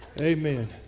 amen